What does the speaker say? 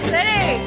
City